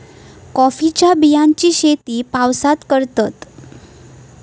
कॉफीच्या बियांची शेती पावसात करतत